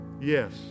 Yes